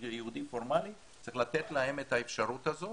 יהודי פורמלי צריך לתת להם את האפשרות הזאת,